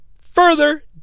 further